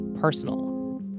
personal